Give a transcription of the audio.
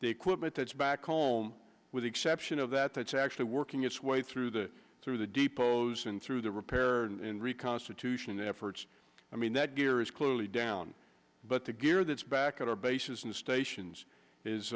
the equipment that's back home with the exception of that that's actually working its way through the through the depots and through the repair and reconstitution efforts i mean that gear is clearly down but the gear that's back at our bases and stations is